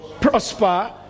prosper